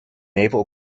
naval